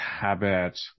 habit